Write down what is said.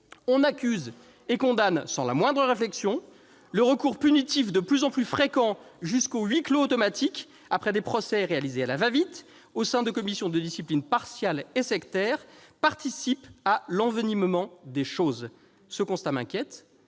On accuse et on condamne sans la moindre réflexion. Le recours punitif de plus en plus fréquent jusqu'au huis clos automatique, après des procès réalisés à la va-vite, au sein de commissions de disciplines partiales et sectaires, participe à l'envenimement des choses. » Ce constat m'inquiète.